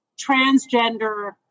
transgender